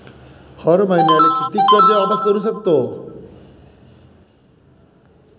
हर मईन्याले कितीक कर्ज वापिस करू सकतो?